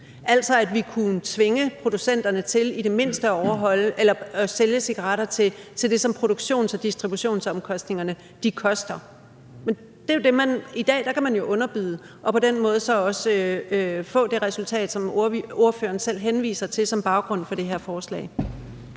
altså at vi kunne tvinge producenterne til i det mindste at sælge cigaretterne til det, som produktions- og distributionsomkostningerne koster. Men i dag kan man jo underbyde og på den måde så også få det resultat, som ordføreren selv henviser til som baggrund for det her forslag.